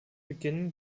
beginnen